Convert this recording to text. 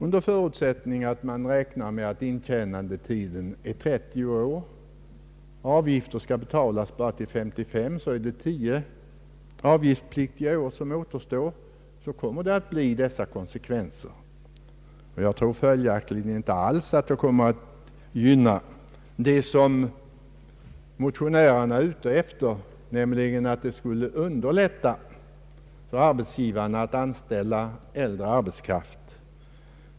Under förutsättning att man räknar med att intjänandetiden är 30 år och avgift skall betalas till 55 års ålder, bortfaller nämligen 10 avgiftspliktiga år. Jag tror följaktligen inte att förslaget skulle innebära det som motionärerna är ute efter, nämligen att underlätta för arbetsgivarna att behålla eller att anställa äldre arbetskraft.